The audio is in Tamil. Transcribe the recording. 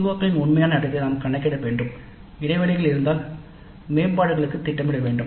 CO களின் உண்மையான அடையலை நாம் கணக்கிட வேண்டும் இடைவெளிகள் இருந்தால் மேம்பாடுகளுக்கு திட்டமிட வேண்டும்